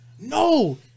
No